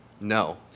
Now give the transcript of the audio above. No